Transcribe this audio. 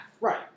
Right